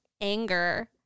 anger